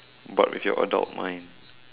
but with your adult mind